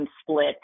split